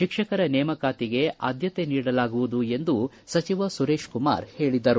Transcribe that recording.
ಶಿಕ್ಷಕರ ನೇಮಕಾತಿಗೆ ಆದ್ಯತೆ ನೀಡಲಾಗುವುದು ಎಂದು ಸಚಿವ ಸುರೇಶ್ ಕುಮಾರ್ ಹೇಳದರು